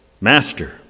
Master